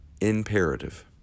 Imperative